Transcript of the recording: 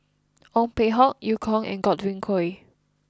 Ong Peng Hock Eu Kong and Godwin Koay